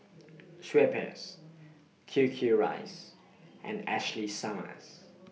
Schweppes Q Q Rice and Ashley Summers